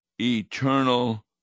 Eternal